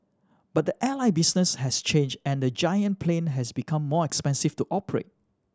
but the airline business has changed and the giant plane has become more expensive to operate